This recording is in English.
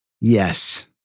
Yes